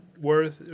worth